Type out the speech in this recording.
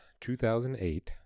2008